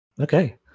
Okay